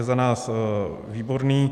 Za nás výborné.